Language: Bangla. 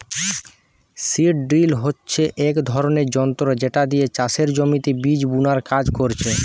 সীড ড্রিল হচ্ছে এক ধরণের যন্ত্র যেটা দিয়ে চাষের জমিতে বীজ বুনার কাজ করছে